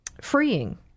freeing